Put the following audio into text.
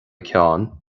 ceann